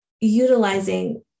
utilizing